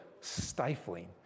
stifling